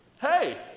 Hey